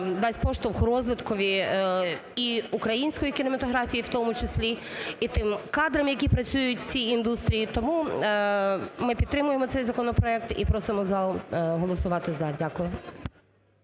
дасть поштовх розвиткові і української кінематографії в тому числі, і тим кадрам, які працюють в цій індустрії. Тому ми підтримуємо цей законопроект і просимо зал голосувати "за". Дякую.